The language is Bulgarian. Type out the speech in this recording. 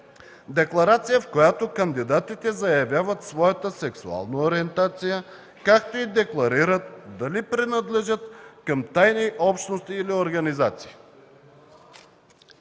„Декларация, в която кандидатите заявяват своята сексуална ориентация, както и декларират дали принадлежат към тайни общности или организации.”